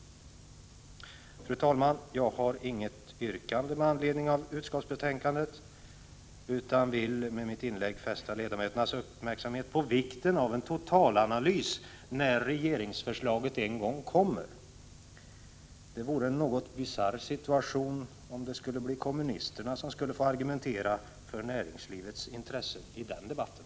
Fru talman! Jag har inget yrkande med anledning av utskottets betänkande utan vill med inlägget fästa ledamöternas uppmärksamhet på vikten av en total analys när regeringsförslaget en gång kommer. Det vore en något bisarr situation om det skulle bli kommunisterna som får argumentera för näringslivets intressen i den debatten.